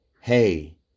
Hey